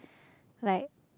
like